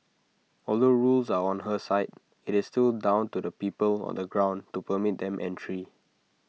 although rules are on her side IT is still down to the people on the ground to permit them entry